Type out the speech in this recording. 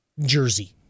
jersey